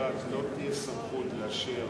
שלבית-המשפט לא תהיה סמכות לאשר